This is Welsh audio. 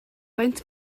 maent